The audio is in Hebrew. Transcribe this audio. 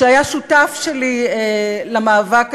שהיה שותף שלי למאבק הזה,